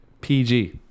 PG